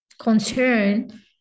concern